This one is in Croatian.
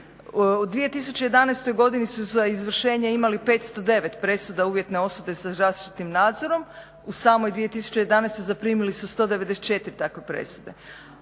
U 2011. godini su za izvršenje imali 509 presuda uvjetne osude sa zaštitnim nadzorom, u samoj 2011. zaprimili su 194 takve presude